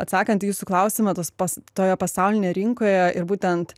atsakant į jūsų klausimą tas pas toje pasaulinėje rinkoje ir būtent